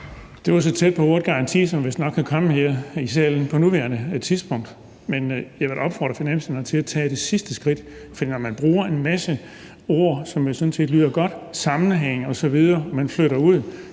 vistnok så tæt på en garanti, som man kan komme her i salen på nuværende tidspunkt, men jeg vil da opfordre finansministeren til at tage det sidste skridt, for man bruger en masse ord om sammenhæng og udflytning,